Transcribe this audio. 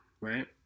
right